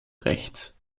rechts